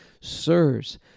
sirs